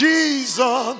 Jesus